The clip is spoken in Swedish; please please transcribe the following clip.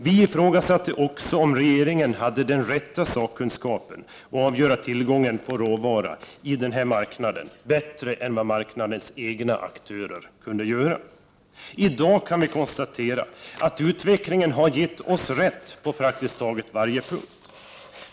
Vi ifrågasatte också om regeringen har den rätta sakkunskapen att avgöra tillgången på råvara inom denna marknad bättre än vad marknadens egna aktörer kunde göra. I dag kan vi konstatera att utvecklingen har gett oss rätt på praktiskt taget varje punkt.